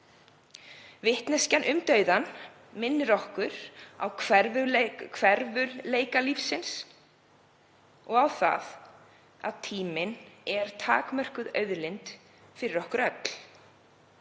Vitneskjan um dauðann minnir okkur á hverfulleika lífsins og á það að tíminn er takmörkuð auðlind fyrir okkur öll.